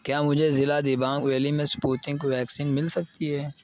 کیا مجھے ضلع دیبانگ ویلی میں سپوتنک ویکسین مل سکتی ہے